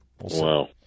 wow